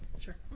Sure